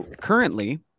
currently